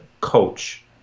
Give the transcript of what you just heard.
coach